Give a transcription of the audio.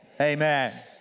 Amen